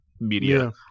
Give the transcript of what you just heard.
media